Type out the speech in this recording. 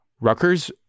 Rutgers